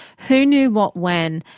who knew what, when?